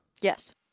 Yes